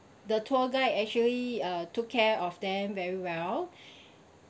the tour guide actually uh took care of them very well